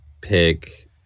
pick